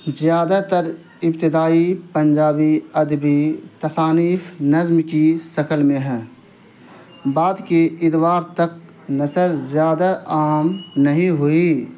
زیادہ تر ابتدائی پنجابی ادبی تصانیف نظم کی شکل میں ہیں بعد کے ادوار تک نثر زیادہ عام نہیں ہوئی